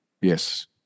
Yes